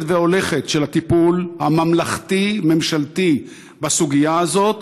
והולכת של הטיפול הממלכתי-ממשלתי בסוגיה הזאת,